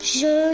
je